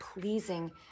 pleasing